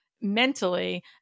mentally